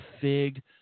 fig